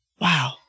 wow